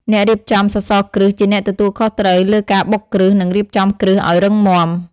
អ្នករៀបចំសសរគ្រឹះជាអ្នកទទួលខុសត្រូវលើការបុកគ្រឹះនិងរៀបចំគ្រឹះឱ្យរឹងមាំ។